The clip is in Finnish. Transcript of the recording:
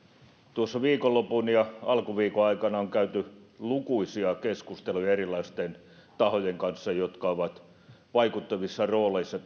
tuossa viikonlopun ja alkuviikon aikana on käyty lukuisia keskusteluja erilaisten tahojen kanssa jotka ovat vaikuttavissa rooleissa